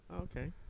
Okay